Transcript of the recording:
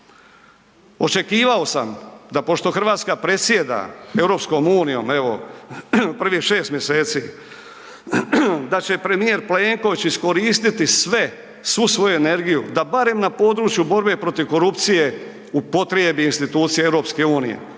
Očekivao samo da pošto RH predsjeda EU, evo prvih 6 mjeseci da će premijer Plenković iskoristiti sve, svu svoju energiju da barem na području borbe protiv korupcije upotrijebi institucije EU.